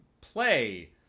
play